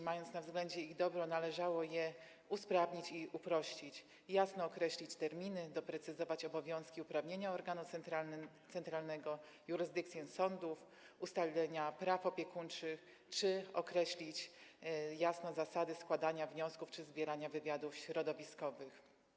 Mając na względzie ich dobro, należało to usprawnić i uprościć, jasno określić terminy, doprecyzować obowiązki i uprawnienia organu centralnego, jurysdykcję sądów, ustalenia praw opiekuńczych, jasno określić zasady składania wniosków czy zbierania wywiadów środowiskowych.